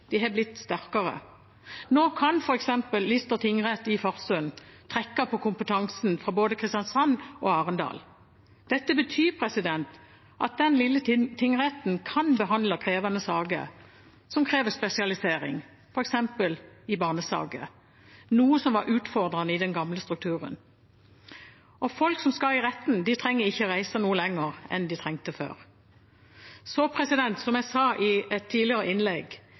De er blitt sterkere. Nå kan f.eks. Lista tingrett i Farsund trekke på kompetansen fra både Kristiansand og Arendal. Dette betyr at den lille tingretten kan behandle krevende saker som krever spesialisering, f.eks. i barnesaker, noe som var utfordrende i den gamle strukturen, og folk som skal i retten, trenger ikke reise noe lenger enn de trengte før. Som jeg sa i et tidligere innlegg: